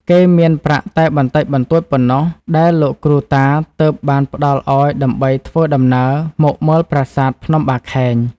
គេមានប្រាក់តែបន្តិចបន្តួចប៉ុណ្ណោះ ដែលលោកគ្រូតាទើបបានផ្តល់ឱ្យដើម្បីធ្វើ ដំណើរមកមើលប្រាសាទភ្នំបាខែង ។